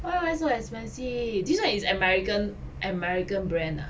wh~ why so expensive this one is american american brand ah